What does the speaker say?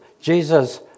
Jesus